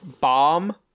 bomb